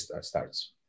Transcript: starts